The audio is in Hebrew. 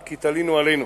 כי תלינו עלינו,